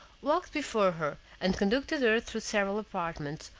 walked before her, and conducted her through several apartments,